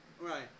Right